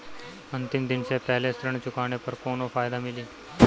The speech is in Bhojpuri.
अंतिम दिन से पहले ऋण चुकाने पर कौनो फायदा मिली?